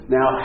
Now